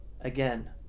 Again